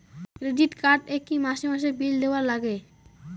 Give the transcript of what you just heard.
Credit card এ কি মাসে মাসে বিল দেওয়ার লাগে?